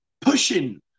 pushing